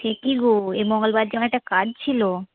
ঠিকই গো এ মঙ্গলবার দিন আমার একটা কাজ ছিল